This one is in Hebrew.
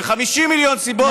ו-50 מיליון סיבות,